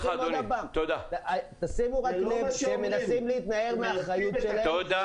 הם מנסים להתנער מהאחריות שלהם,